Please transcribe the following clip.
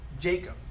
Jacob